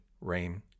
rain